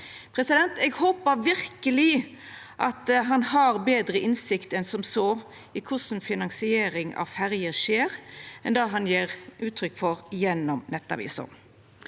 Eg håpar verkeleg at han har betre innsikt enn som så i korleis finansiering av ferjer skjer, enn det han gjev uttrykk for gjennom Nettavisen.